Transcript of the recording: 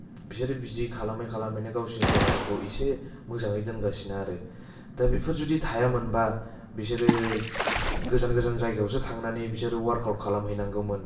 बिसोरो बिदि खालामै खालामैनो गावसोरनि देहाफोरखौ इसे मोजाङै दोनगासिनो आरो दा बेफोर जुदि थायामोनबा बिसोरो गोजान गोजान जायगायावसो थांनानै बिसोरो वर्कआउट खालामहैनांगौमोन